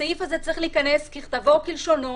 הסעיף הזה צריך להיכנס ככתבו וכלשונו,